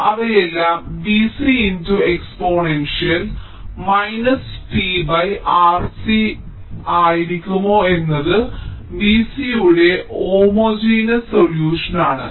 അതിനാൽ അവയെല്ലാം V c × exponential t R C ആയിരിക്കുമോ എന്നത് V c യുടെ ഹോമോജിനെസ് സൊല്യൂഷൻ ആണ്